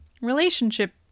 relationship